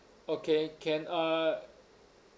okay can uh